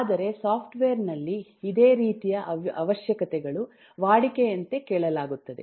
ಆದರೆ ಸಾಫ್ಟ್ವೇರ್ ನಲ್ಲಿ ಇದೇ ರೀತಿಯ ಅವಶ್ಯಕತೆಗಳು ವಾಡಿಕೆಯಂತೆ ಕೇಳಲಾಗುತ್ತದೆ